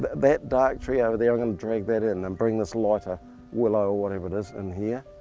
that that dark tree over there, i'm going to drag that in and bring this lighter willow or whatever it is in here.